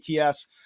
ats